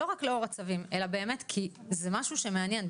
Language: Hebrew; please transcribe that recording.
לא רק לאור הצווים, אלא באמת כי זה משהו שמעניין.